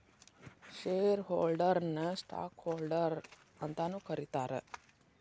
share ಹೋಲ್ಡರ್ನ ನ stockholder ಅಂತಾನೂ ಕರೇತಾರ